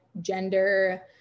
gender